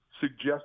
Suggest